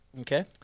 Okay